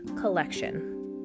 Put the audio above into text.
collection